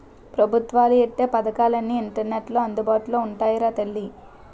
పెబుత్వాలు ఎట్టే పదకాలన్నీ ఇంటర్నెట్లో అందుబాటులో ఉంటాయిరా తల్లీ